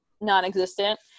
non-existent